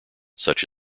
such